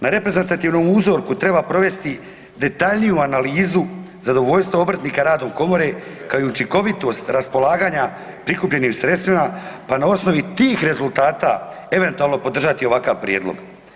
Na reprezentativnom uzorku treba provesti detaljniju analizu zadovoljstva obrtnika radom komore kao i učinkovitost raspolaganja prikupljenim sredstvima pa na osnovi tih rezultata eventualno podržati ovakav prijedlog.